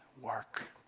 work